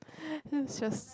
this is just